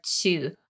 two